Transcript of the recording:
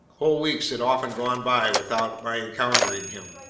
whole weeks had often gone by without my encountering him.